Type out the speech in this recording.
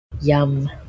Yum